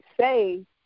say